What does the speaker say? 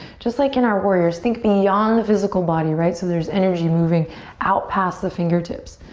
just like in our warriors, think beyond the physical body, right? so there's energy moving out past the fingertips.